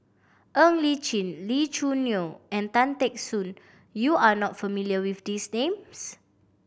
Ng Li Chin Lee Choo Neo and Tan Teck Soon you are not familiar with these names